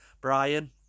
Brian